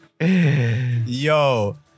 Yo